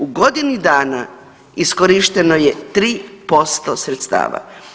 U godini dana iskorišteno je 3% sredstava.